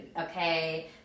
okay